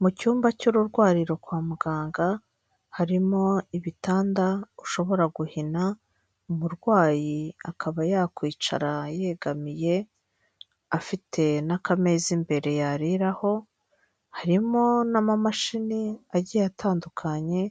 Mu cyumba cy'ururwariro kwa muganga harimo ibitanda ushobora guhina umurwayi akaba yakwicara yegamiye afite n'akameza imbere yariraho, harimo n'amamashini agiye atandukanye